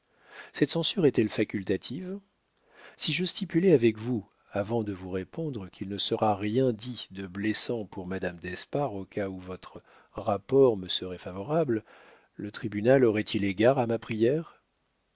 cette censure est-elle facultative si je stipulais avec vous avant de vous répondre qu'il ne sera rien dit de blessant pour madame d'espard au cas où votre rapport me serait favorable le tribunal aurait-il égard à ma prière